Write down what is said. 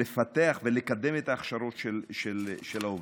לפתח ולקדם את ההכשרות של העובדים.